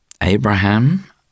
Abraham